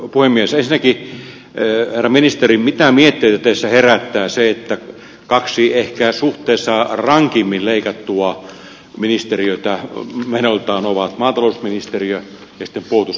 ensinnäkin herra ministeri mitä mietteitä teissä herättää se että kaksi ehkä suhteessa rankimmin leikattua ministe riötä menoiltaan ovat maatalousministeriö ja puolustusministeriö